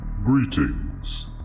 Greetings